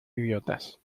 idiotas